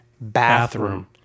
bathroom